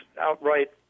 outright